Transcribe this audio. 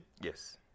yes